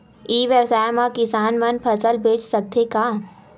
ई व्यवसाय म किसान मन फसल बेच सकथे का?